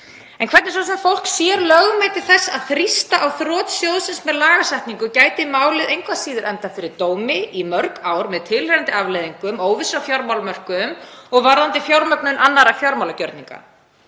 En hvernig svo sem fólk sér lögmæti þess að þrýsta á þrot sjóðsins með lagasetningu gæti málið engu að síður endað fyrir dómi í mörg ár með tilheyrandi afleiðingum, óvissu á fjármálamörkuðum og varðandi fjármögnun annarra fjármálagjörninga.